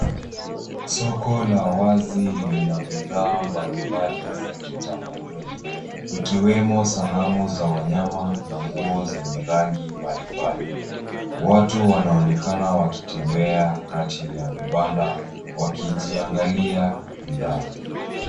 Soko la wazi lina bidhaa mbalimbali za kitamaduni ,ikiwemo sanamu za wanyama na nguo zenye rangi mbalimbali. Watu wanaonekana wakitembea kati ya vibanda wakiviangalia bidhaa.